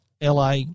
LA